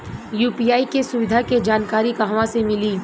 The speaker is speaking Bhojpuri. यू.पी.आई के सुविधा के जानकारी कहवा से मिली?